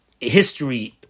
history